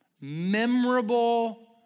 Memorable